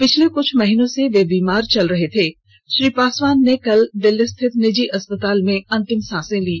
पिछले कुछ महीनों से बीमार चल रहे श्री पासवान ने कल दिल्ली स्थित निजी अस्पताल में अंतिम सांसे ली